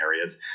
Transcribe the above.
areas